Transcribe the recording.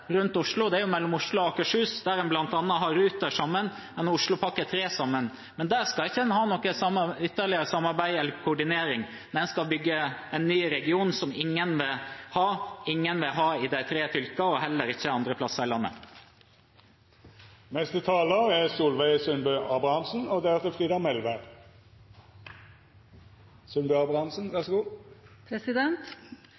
rundt Oslo har mye samarbeid om transport, er jo mellom Oslo og Akershus, hvor en bl.a. har Ruter og Oslopakke 3 sammen. Men der skal en ikke ha noe ytterligere samarbeid eller koordinering. Nei, en skal bygge en ny region, som ingen i de tre fylkene vil ha – og ingen på andre plasser i landet heller. I Telemark og Vestfold har det